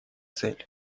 цель